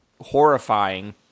horrifying